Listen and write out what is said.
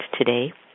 today